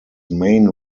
main